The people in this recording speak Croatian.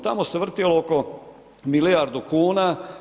Tamo se vrtjelo oko milijardu kuna.